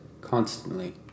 constantly